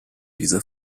dieser